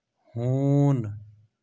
ہوٗن